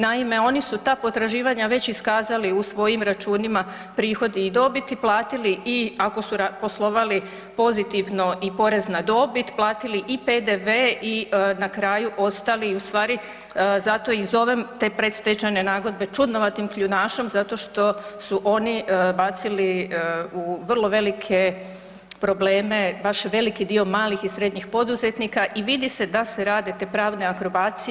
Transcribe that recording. Naime, oni su ta potraživanja već iskazali u svojim računima prihodi i dobiti, platili i ako su poslovali pozitivno i porez na dobit i platili i PDV i na kraju ostali ustvari zato i zovem te predstečajne nagodbe čudnovatim kljunašom zato što su oni bacili u vrlo velike probleme baš veliki dio malih i srednjih poduzetnika i vidi se da se rade te pravne akrobacije.